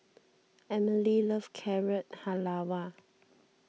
Emely loves Carrot Halwa